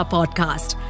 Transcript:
Podcast